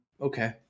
Okay